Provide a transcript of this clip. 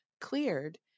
cleared